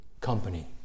company